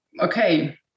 okay